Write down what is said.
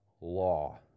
law